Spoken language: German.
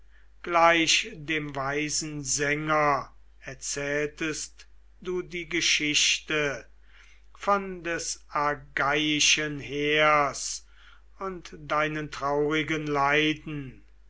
gleich dem weisesten sänger erzähltest du die geschichte von des argeiischen heers und deinen traurigen leiden